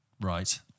Right